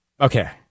okay